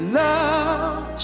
love